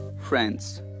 Friends